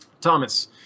Thomas